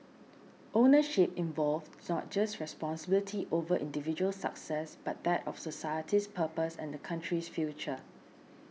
ownership involved not just responsibility over individual success but that of society's purpose and the country's future